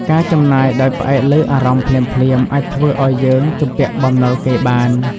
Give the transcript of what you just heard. ការចំណាយដោយផ្អែកលើអារម្មណ៍ភ្លាមៗ អាចធ្វើឲ្យយើងជំពាក់បំណុលគេបាន។